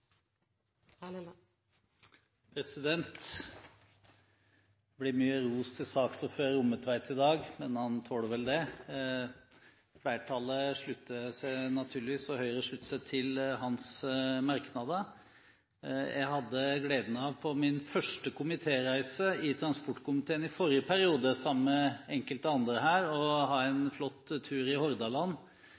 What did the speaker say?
Det blir mye ros til saksordfører Rommetveit i dag, men han tåler vel det. Flertallet og Høyre slutter seg til hans merknader. På min første komitéreise med transportkomiteen i forrige periode hadde jeg sammen med enkelte andre her gleden av en flott tur i Hordaland,